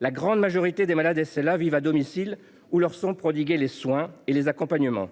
La grande majorité des malades SLA vivent à domicile, où leur sont prodigués les soins et les mesures d’accompagnement.